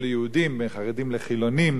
בין דתיים לתל-אביבים,